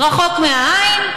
רחוק מהעין,